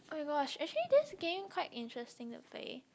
oh my gosh actually this game quite interesting to play